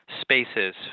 spaces